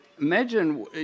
imagine